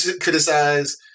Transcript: criticize